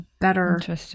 better